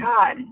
God